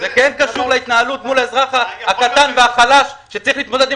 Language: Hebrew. זה כן קשור להתנהלות מול האזרח הקטן והחלש שצריך להתמודד עם